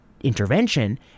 intervention